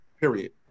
Period